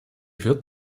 wird